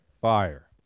fire